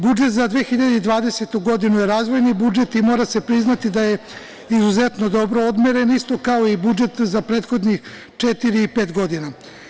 Budžet za 2020. godinu je razvojni budžet i mora se priznati da je izuzetno dobro odmeren, isto kao i budžet za prethodne četiri, pet godina.